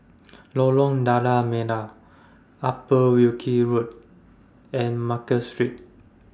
Lorong Lada Merah Upper Wilkie Road and Market Street